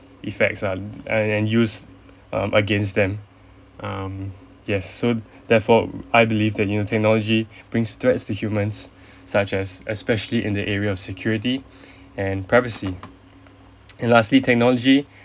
effect are and and used um against them um yes so therefore I believe that you know technology bring threats to humans such as especially in the area of security and privacy and lastly technology